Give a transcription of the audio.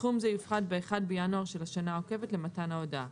סכום זה יופחת ב-1 בינואר של השנה העוקבת למתן ההודעה.